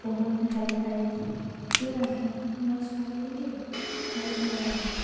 বহুত গালি পাৰে কিয় নাজানোঁ মই ছোৱালী বুলি আৰু সি ল'ৰা বুলি